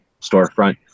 storefront